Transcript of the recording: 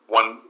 one